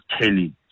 Kelly